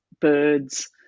birds